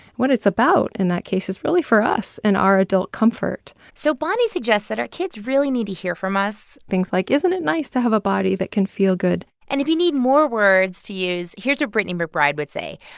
what it's about, in that case, is really for us and our adult comfort so bonnie suggests that our kids really need to hear from us. things like, isn't it nice to have a body that can feel good? and if you need more words to use, here's what brittany mcbride would say.